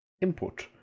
Input